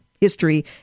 history